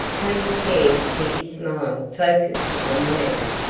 taking care to keep his smile focussed on the man,